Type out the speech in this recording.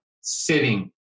sitting